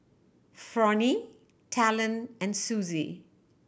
Fronnie Talon and Suzie